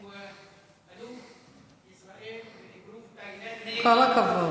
הוא אלוף ישראל באגרוף תאילנדי, כל הכבוד.